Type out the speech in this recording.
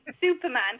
Superman